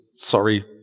Sorry